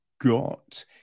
got